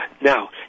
Now